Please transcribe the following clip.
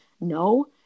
no